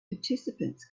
participants